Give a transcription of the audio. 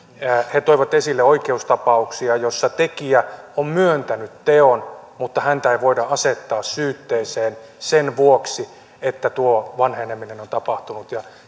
he toivat esille oikeustapauksia joissa tekijä on myöntänyt teon mutta häntä ei voida asettaa syytteeseen sen vuoksi että tuo vanheneminen on tapahtunut ja